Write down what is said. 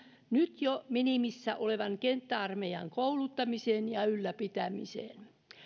nyt jo minimissä olevan kenttäarmeijan kouluttamisesta ja ylläpitämisestä